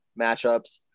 matchups